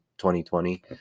2020